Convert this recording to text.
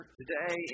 today